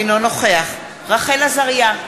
אינו נוכח רחל עזריה,